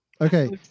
Okay